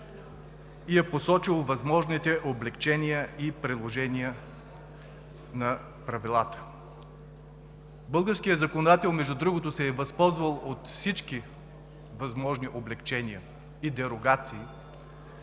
и е посочил възможните облекчения и приложения на правилата. Българският законодател, между другото, се е възползвал от всички възможни облекчения и дерогации,